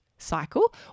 cycle